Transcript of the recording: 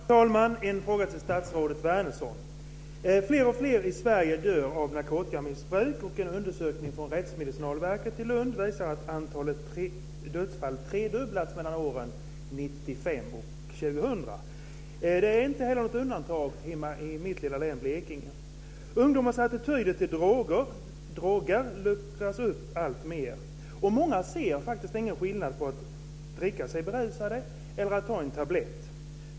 Fru talman! Jag har en fråga till statsrådet Wärnersson. Fler och fler i Sverige dör av narkotikamissbruk. En undersökning från Rättsmedicinalverket i Lund visar att antalet dödsfall tredubblats under åren 1995-2000. Mitt lilla län Blekinge är inget undantag. Ungdomars attityder till droger luckras upp alltmer, och många ser faktiskt ingen skillnad på att dricka sig berusade och att ta en tablett.